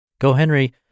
GoHenry